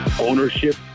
ownership